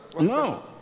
No